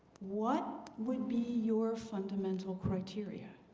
what would be your fundamental criteria,